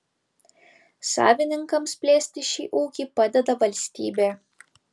savininkams plėsti šį ūkį padeda valstybė